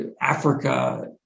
africa